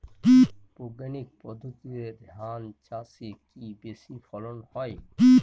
বৈজ্ঞানিক পদ্ধতিতে ধান চাষে কি বেশী ফলন হয়?